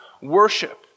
worship